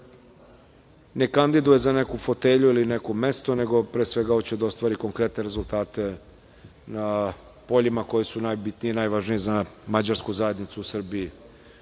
ne kandiduje za neku fotelju ili neko mesto, nego pre svega hoće da ostvari konkretne rezultate na poljima koji su najbitniji i najvažniji za Mađarsku zajednicu u Srbiji